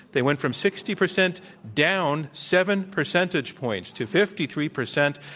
they went from sixty percent down seven percentage points to fifty three percent.